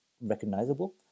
recognizable